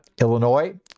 Illinois